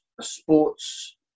sports